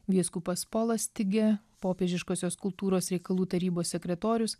vyskupas polas tige popiežiškosios kultūros reikalų tarybos sekretorius